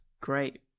great